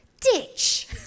ditch